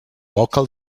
local